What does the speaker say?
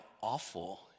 awful